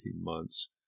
months